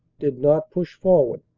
did not push forward.